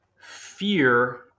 Fear